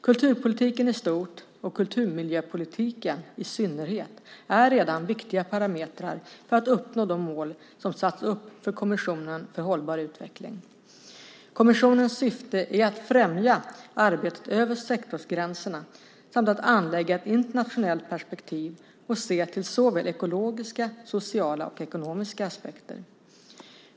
Kulturpolitiken i stort, och kulturmiljöpolitiken i synnerhet, är redan viktiga parametrar för att uppnå de mål som satts upp för Kommissionen för hållbar utveckling. Kommissionens syfte är att främja arbetet över sektorsgränserna samt att anlägga ett internationellt perspektiv och se till såväl ekologiska och sociala som ekonomiska aspekter.